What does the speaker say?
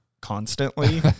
constantly